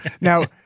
Now